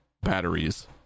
batteries